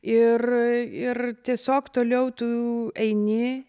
ir ir tiesiog toliau tu eini